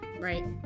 Right